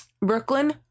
Brooklyn